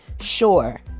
sure